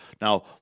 now